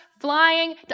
flying